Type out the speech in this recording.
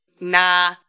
nah